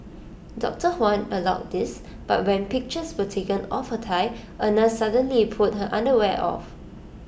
doctor Huang allowed this but when pictures were taken of her thigh A nurse suddenly pulled her underwear off